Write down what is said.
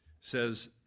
says